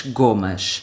gomas